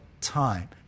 time